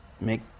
make